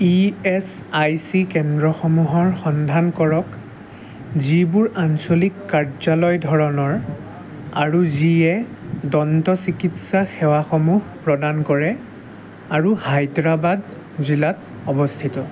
E S I C কেন্দ্ৰসমূহৰ সন্ধান কৰক যিবোৰ আঞ্চলিক কাৰ্যালয় ধৰণৰ আৰু যিয়ে দন্ত চিকিৎসা সেৱাসমূহ প্ৰদান কৰে আৰু হায়দৰাবাদ জিলাত অৱস্থিত